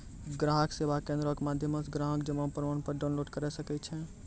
ग्राहक सेवा केंद्रो के माध्यमो से ग्राहक जमा प्रमाणपत्र डाउनलोड करे सकै छै